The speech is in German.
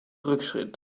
rückschritt